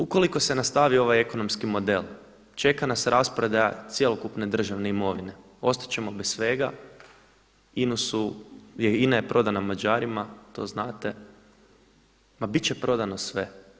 Ukoliko se nastavi ovaj ekonomski model, čeka nas rasprodaja cjelokupne državne imovine, ostati ćemo bez svega, INA je prodana Mađarima, to znate, ma biti će prodano sve.